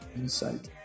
inside